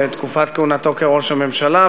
בתקופת כהונתו כראש הממשלה,